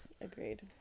Agreed